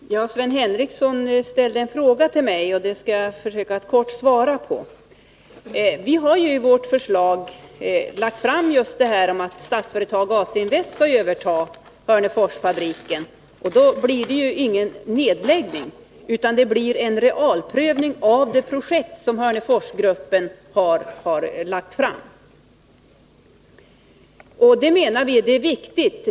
Herr talman! Sven Henricsson ställde en fråga till mig som jag skall försöka att kort svara på. Vi har framlagt förslag om att Statsföretag/AC-invest skall överta Hörneforsfabriken. Då blir det ingen nedläggning, utan en realprövning av det projekt Hörneforsgruppen har lagt fram. Det menar vi är viktigt.